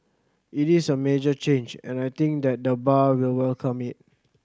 it is a major change and I think that the bar will welcome it